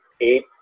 eight